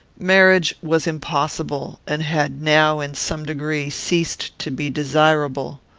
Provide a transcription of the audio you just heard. marriage was impossible and had now, in some degree, ceased to be desirable.